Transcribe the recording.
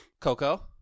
Coco